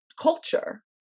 culture